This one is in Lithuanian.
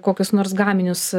kokius nors gaminius